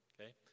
Okay